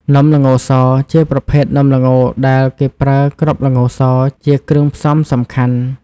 នំល្ងសជាប្រភេទនំល្ងដែលគេប្រើ គ្រាប់ល្ងស ជាគ្រឿងផ្សំសំខាន់។